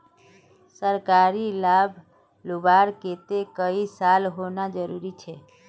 सरकारी लाभ लुबार केते कई साल होना जरूरी छे?